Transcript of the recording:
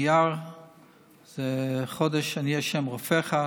אייר זה חודש של "אני ה' רופאך",